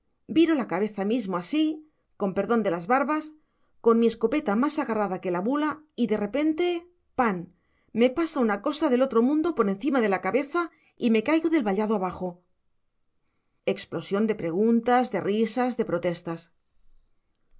viro la cabeza mismo así con perdón de las barbas con mi escopeta más agarrada que la bula y de repente pan me pasa una cosa del otro mundo por encima de la cabeza y me caigo del vallado abajo explosión de preguntas de risas de protestas